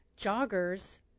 joggers